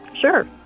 Sure